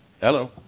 Hello